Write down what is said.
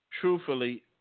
Truthfully